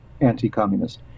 anti-communist